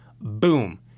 boom